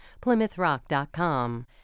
PlymouthRock.com